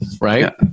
right